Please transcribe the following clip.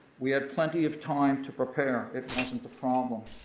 we had plenty of time to prepare, it wasn't a problem.